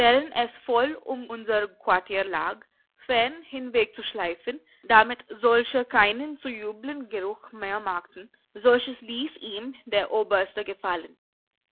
es voll um unser quartier lag fern hinwegzuschleifen damit solche keinen so üblen geruch mehr machten solches ließ ihm der oberste gefallen